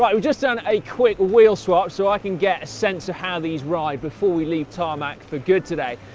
but we've just done a quick wheel swap so i can get a sense of how these ride before we leave tarmac for good today.